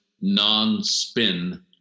non-spin